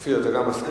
אופיר, אתה גם מסכים.